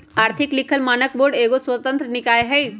आर्थिक लिखल मानक बोर्ड एगो स्वतंत्र निकाय हइ